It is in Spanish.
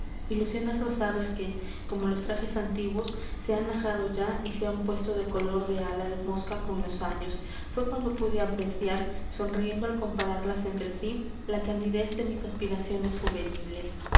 ilusiones rosadas que como los trajes antiguos se han ajado ya y se han puesto de color de ala de mosca con los años fué cuando pude apreciar sonriendo al compararlas entre sí la candidez de mis aspiraciones juveniles